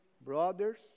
brothers